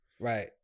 right